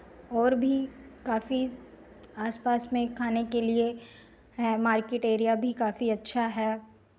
और भी काफी आसपास में खाने के लिए हैं मार्केट एरिया भी काफी अच्छा है